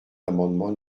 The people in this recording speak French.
l’amendement